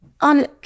on